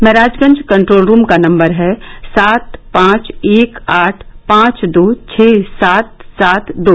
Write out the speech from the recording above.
Maharajganj control room का number है सात पांच एक आठ पांच दो छः सात सात दो